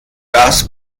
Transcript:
das